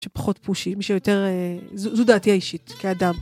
שפחות pushy, מי שיותר... זו דעתי האישית כאדם.